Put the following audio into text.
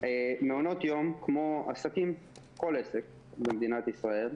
מעונות יום, כמו עסקים, כל עסק במדינת ישראל,